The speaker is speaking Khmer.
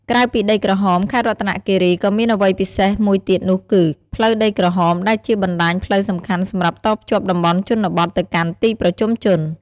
ក្រៅពីដីក្រហម ខេត្តរតនគិរីក៏មានអ្វីពិសេសមួយទៀតនោះគឺ ផ្លូវដីក្រហម ដែលជាបណ្តាញផ្លូវសំខាន់សម្រាប់តភ្ជាប់តំបន់ជនបទទៅកាន់ទីប្រជុំជន។